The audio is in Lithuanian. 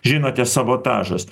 žinote sabotažas